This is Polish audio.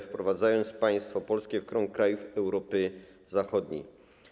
Wprowadzał państwo polskie w krąg krajów Europy Zachodniej.